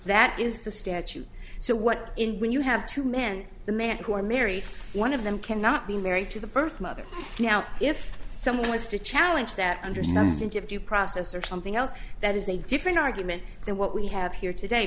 that is the statute so what in when you have two men the man who are married one of them cannot be married to the birth mother now if someone wants to challenge that understands and give due process or something else that is a different argument than what we have here today